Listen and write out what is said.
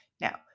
Now